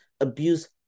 Abuse